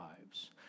lives